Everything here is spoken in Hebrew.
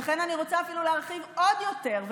ולכן אני רוצה אפילו להרחיב עוד יותר,